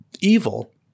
evil